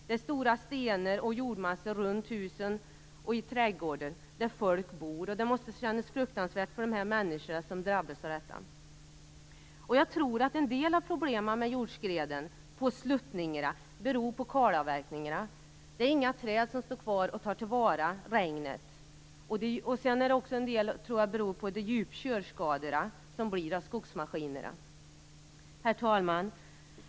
Det är stora stenar och jordmassor runt husen där folk bor och i trädgårdarna. Det måste kännas fruktansvärt för de människor som drabbas av detta. Jag tror att en del av problemen med jordskreden på sluttningarna beror på kalavverkningarna. Det finns inga träd kvar som tar till vara regnet. En del tror jag också beror på de djupa körskador som kommer av skogsmaskinerna. Herr talman!